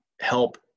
help